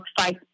fight